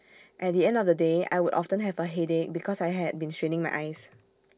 at the end of the day I would often have A headache because I had been straining my eyes